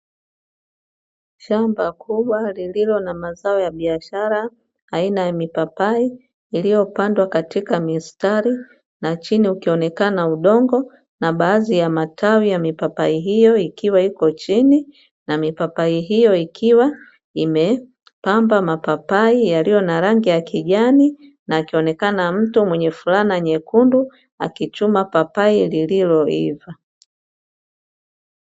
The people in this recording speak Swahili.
Shamba kubwa lililo na mazao ya biashara aina ya mipapai, iliyopandwa katika mistari na chini ukionekana udongo na baadhi ya matawi ya mipapai hiyo ikiwa ipo chini, na mipapai hiyo ikiwa imepamba mapapai yaliyo na rangi ya kijani, na akionekana mtu mwenye fulana nyekundu akichuma papai lililoiva.